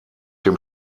dem